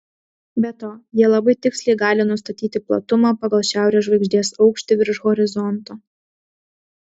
be to jie labai tiksliai gali nustatyti platumą pagal šiaurės žvaigždės aukštį virš horizonto